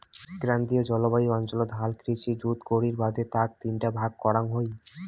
ক্রান্তীয় জলবায়ু অঞ্চলত হাল কৃষি জুত করির বাদে তাক তিনটা ভাগ করাং হই